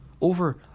over